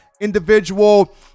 individual